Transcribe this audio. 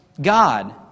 God